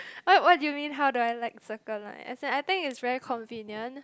what what do you mean how do I like Circle Line as I I think is very convenient